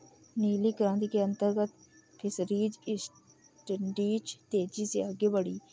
नीली क्रांति के अंतर्गत फिशरीज इंडस्ट्री तेजी से आगे बढ़ी